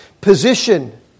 position